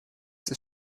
des